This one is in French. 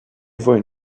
voient